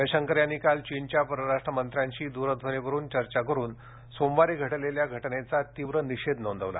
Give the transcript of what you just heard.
जयशंकर यांनी काल चीनच्या परराष्ट्र मंत्र्यांशी दूरध्वनीवरुन चर्चा करून सोमवारी घडलेल्या घटनेचा तीव्र निषेध नोंदवला